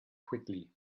quickly